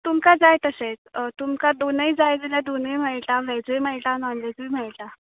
तुमकां जाय तशें तुमकां दोनय जाय जाल्यार दोनय मेळटा वेजय मेळटा नॉनवेजय मेळटा